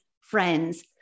friends